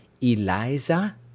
Eliza